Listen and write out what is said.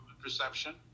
perception